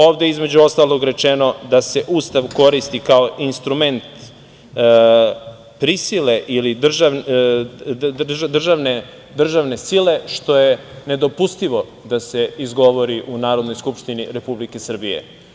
Ovde je, između ostalog, rečeno da se Ustav koristi kao instrument prisile ili državne sile, što je nedopustivo da se izgovori u Narodnoj skupštini Republike Srbije.